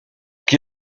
qui